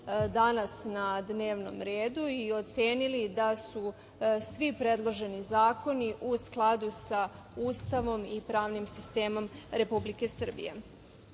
danas na dnevnom redu i ocenili da su svi predloženi zakoni u skladu sa Ustavom i pravnim sistemom Republike